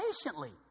patiently